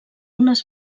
unes